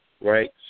right